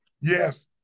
Yes